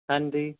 ਹਾਂਜੀ